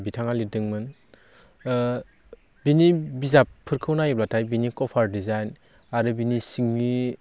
बिथाङा लिरदोंमोन बिनि बिजाबफोरखौ नायोब्लाथाय बिनि कभार डिजाइन आरो बिनि सिंनि